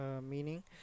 meaning